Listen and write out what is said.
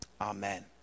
Amen